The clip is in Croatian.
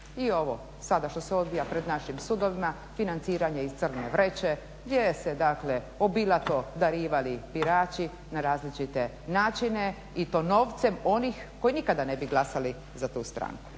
i ovo sada što se odvija pred našim sudovima, financiranje iz crne vreće gdje su se dakle obilato darivali birači na različite načine i to novcem onih koji nikada ne bi glasali za tu stranku.